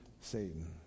Satan